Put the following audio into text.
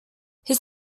his